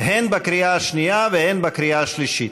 הן בקריאה השנייה והן בקריאה השלישית.